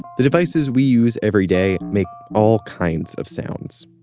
the devices we use everyday make all kinds of sounds.